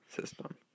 system